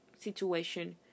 situation